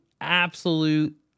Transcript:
absolute